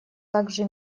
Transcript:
также